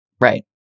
Right